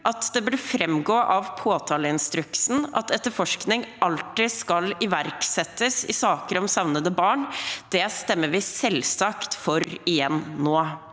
at det burde framgå av påtaleinstruksen at etterforskning alltid skal iverksettes i saker om savnede barn. Det stemmer vi selvsagt for igjen nå.